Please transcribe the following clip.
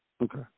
Okay